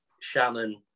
Shannon